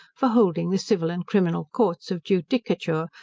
for holding the civil and criminal courts of judicature,